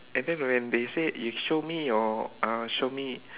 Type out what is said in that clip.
and then when they say you show me your uh show me